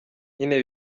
nyine